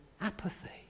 Apathy